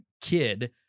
kid